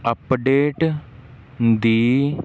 update the